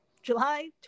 July